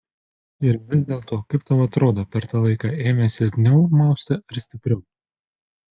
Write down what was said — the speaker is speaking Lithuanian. ir vis dėlto kaip tau atrodo per tą laiką ėmė silpniau mausti ar stipriau